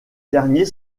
derniers